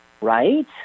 right